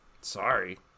Sorry